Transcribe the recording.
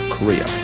Korea